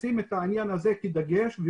אז אנחנו נפגשנו,